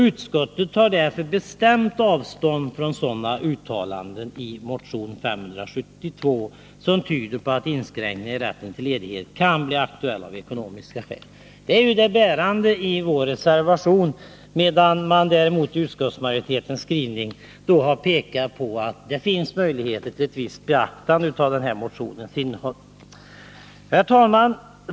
Utskottet tar därför bestämt avstånd från sådana uttalanden i motion 572 som tyder på att inskränkningar i rätten till ledighet kan bli aktuella av ekonomiska skäl.” Detta är det bärande i vår reservation, medan däremot utskottsmajoriteteni sin skrivning har pekat på att det finns möjligheter till visst beaktande av motionens innehåll. Herr talman!